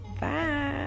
bye